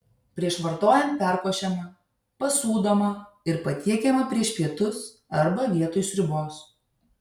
prieš vartojant perkošiama pasūdomą ir patiekiama prieš pietus arba vietoj sriubos